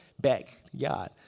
backyard